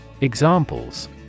Examples